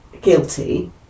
guilty